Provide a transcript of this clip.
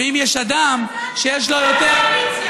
ואם יש אדם שיש לו יותר,